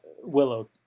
willow